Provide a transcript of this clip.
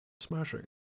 Smashing